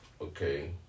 Okay